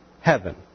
heaven